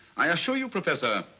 i assure you, professor,